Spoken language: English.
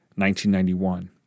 1991